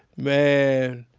man,